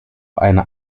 eine